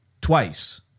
twice